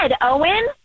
Owen